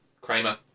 Kramer